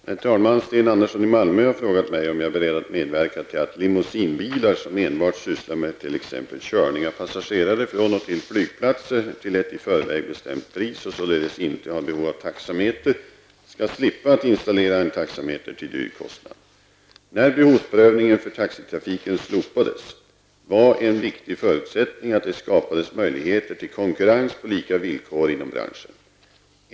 Herr talman! Sten Andersson i Malmö har frågat mig om jag är beredd att medverka till att ''limousinebilar'', som enbart sysslar med t.ex. körning av passagerare från och till flygplatser till ett i förväg bestämt pris och således inte har behov av taxameter, skall slippa att installera en taxameter till dyr kostnad. När behovsprövningen för taxitrafiken slopades, var en viktig förutsättning att det skapades möjligheter till konkurrens på lika villkor inom branschen.